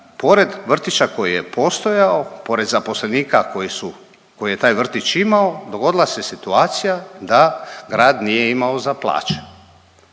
pored vrtića koji je postojao, pored zaposlenika koji su koje je taj vrtić imao dogodila se situacija da grad nije imao za plaće.